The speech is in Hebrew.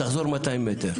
תחזור 200 מטר,